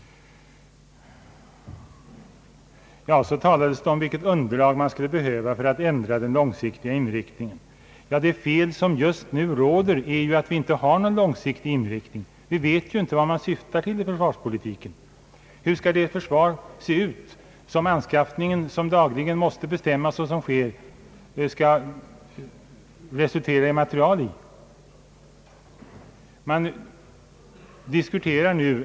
Så talades det om vilket underlag man skulle behöva för att ändra den långsiktiga inriktningen. Ja, felet just nu är att vi inte har någon långsiktig inriktning — vi vet ju inte vad man syftar till i försvarspolitiken. Hur skall det försvar se ut, för vilket man i dag måste bestämma anskaffning av materiel?